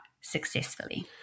successfully